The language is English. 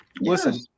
Listen